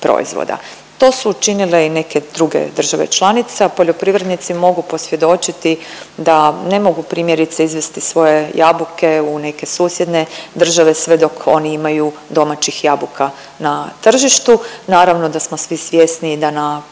To su učinile i neke druge države članice, a poljoprivrednici mogu posvjedočiti da ne mogu primjerice izvesti svoje jabuke u neke susjedne države sve dok oni imaju domaćih jabuka na tržištu. Naravno da smo svi svjesni da na području